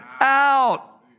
out